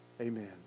Amen